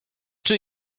czy